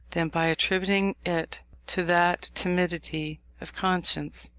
than by attributing it to that timidity of conscience,